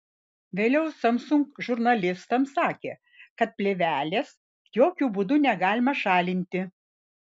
vėliau samsung žurnalistams sakė kad plėvelės jokiu būdu negalima šalinti